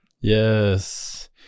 Yes